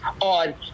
on